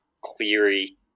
Cleary